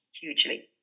hugely